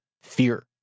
fear